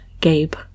Gabe